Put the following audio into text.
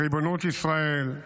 בריבונות ישראל.